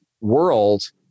world